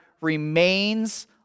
remains